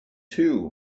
too